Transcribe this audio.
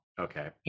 Okay